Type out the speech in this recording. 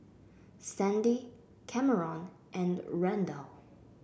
Sandy Kameron and Randall